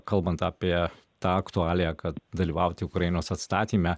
kalbant apie tą aktualiją kad dalyvauti ukrainos atstatyme